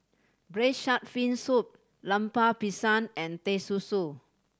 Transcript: Braised Shark Fin Soup Lemper Pisang and Teh Susu